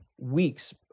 weeks